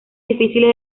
difíciles